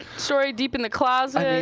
story deep in the closet?